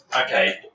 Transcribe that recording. okay